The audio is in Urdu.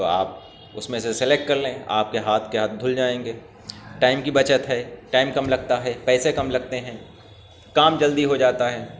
تو آپ اس میں سے سیلیکٹ کرلیں آپ کے ہاتھ کے ہاتھ دھل جائیں گے ٹائم کی بچت ہے ٹائم کم لگتا ہے پیسے کم لگتے ہیں کام جلدی ہو جاتا ہے